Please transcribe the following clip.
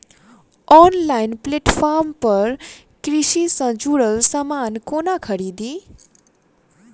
Online platform पर कृषि सँ जुड़ल समान कोना खरीदी?